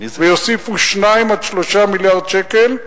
ויוסיפו 2 3 מיליארד שקל.